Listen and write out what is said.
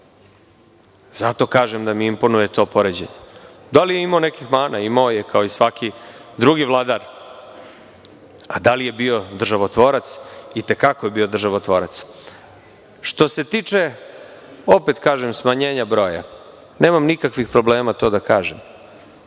Zato kažem da mi imponuje to poređenje. Da li je imao nekih mana? Imao je kao i svaki drugi vladar, a da li je bio državotvorac, i te kako je bio državotvorac. Što se tiče, opet kažem smanjenja broja, nemam nikakvih problema to da kažem.